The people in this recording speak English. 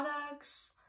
products